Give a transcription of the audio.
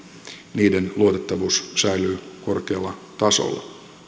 niiden luotettavuus säilyy korkealla tasolla